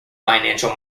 financial